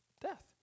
death